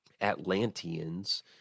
Atlanteans